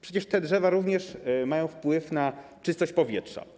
Przecież te drzewa również mają wpływ na czystość powietrza.